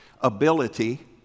ability